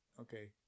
okay